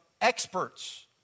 experts